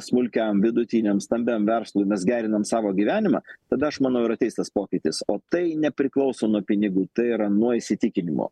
smulkiam vidutiniam stambiam verslui mes gerinam savo gyvenimą tada aš manau ir ateis tas pokytis o tai nepriklauso nuo pinigų tai yra nuo įsitikinimų